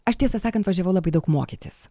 aš tiesą sakant važiavau labai daug mokytis